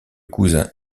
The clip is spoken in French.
cousin